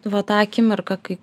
va tą akimirką kai